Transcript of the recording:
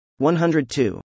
102